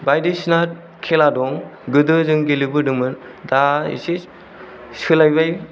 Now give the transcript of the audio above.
बायदिसिना खेला दं गोदो जों गेलेबोदोंमोन दा एसे सोलायबाय